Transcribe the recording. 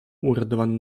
uradowany